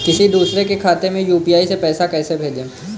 किसी दूसरे के खाते में यू.पी.आई से पैसा कैसे भेजें?